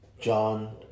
John